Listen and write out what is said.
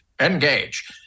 engage